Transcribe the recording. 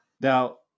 Now